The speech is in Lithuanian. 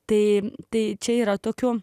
tai tai čia yra tokių